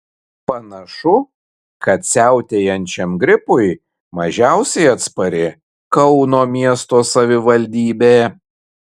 panašu kad siautėjančiam gripui mažiausiai atspari kauno miesto savivaldybė